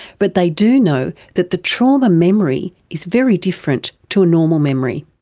but they do know that the trauma memory is very different to a normal memory.